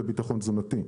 יש תוכנית לביטחון תוזנתי.